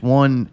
one